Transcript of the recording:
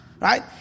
right